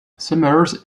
summers